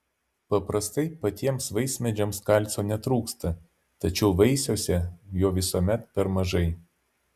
paprastai patiems vaismedžiams kalcio netrūksta tačiau vaisiuose jo visuomet per mažai